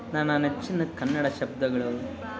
ನನ್ನ ನೆಚ್ಚಿನ ಕನ್ನಡ ಶಬ್ದಗಳು